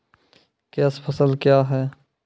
Cash फसल क्या हैं?